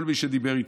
כל מי שדיבר איתו,